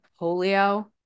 polio